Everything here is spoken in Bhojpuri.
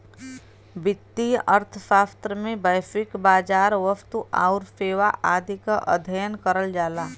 वित्तीय अर्थशास्त्र में वैश्विक बाजार, वस्तु आउर सेवा आदि क अध्ययन करल जाला